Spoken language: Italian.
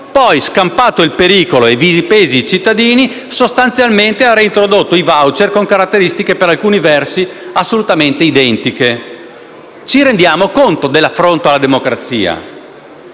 poi, scampato il pericolo e vilipesi i cittadini, sostanzialmente ha reintrodotto i *voucher*, con caratteristiche, per alcuni versi, assolutamente identiche. Ci rendiamo conto dell'affronto alla democrazia?